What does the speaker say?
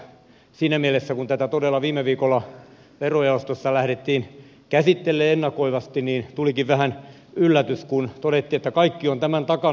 siinä mielessä kun tätä todella viime viikolla verojaostossa lähdettiin käsittelemään ennakoivasti tulikin vähän yllätys kun todettiin että kaikki ovat tämän takana